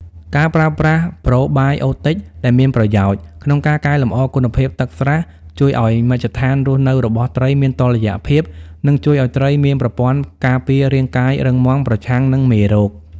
ការប្រើប្រាស់ប្រូបាយអូទិចដែលមានប្រយោជន៍ ក្នុងការកែលម្អគុណភាពទឹកស្រះ ជួយឱ្យមជ្ឈដ្ឋានរស់នៅរបស់ត្រីមានតុល្យភាព និងជួយឱ្យត្រីមានប្រព័ន្ធការពាររាងកាយរឹងមាំប្រឆាំងនឹងមេរោគ។